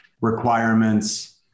requirements